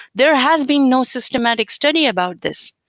there has been no systematic study about this.